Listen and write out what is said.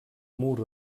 mur